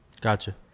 Gotcha